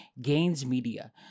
GAINSMEDIA